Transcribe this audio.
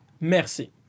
Merci